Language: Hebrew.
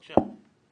בבקשה.